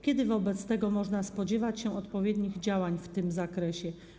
Kiedy wobec tego można spodziewać się odpowiednich działań w tym zakresie?